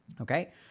Okay